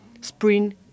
Spring